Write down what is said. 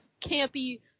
campy